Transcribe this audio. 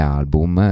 album